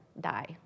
die